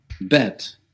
bet